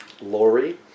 Lori